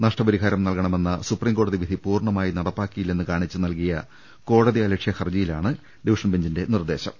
നഷ്ടപരിഹാരം നൽകണ നെന്ന സുപ്രിംകോടതിവിധി പൂർണമായി നടപ്പാക്കിയി ല്ലെന്നും കാണിച്ചു നൽകിയ കോടതിയലക്ഷ്യ ഹർജിയി ലാണ് സിവിൽബെഞ്ച് നിർദേശം